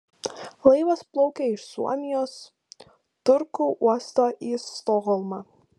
laivas plaukė iš suomijos turku uosto į stokholmą